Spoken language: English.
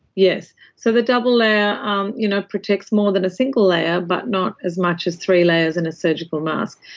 yes, so the double layer um you know protects more than a single layer, but not as much as three layers in a surgical mask.